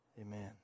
Amen